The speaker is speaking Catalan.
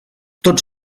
tots